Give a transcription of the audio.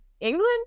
England